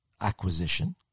acquisition